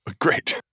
Great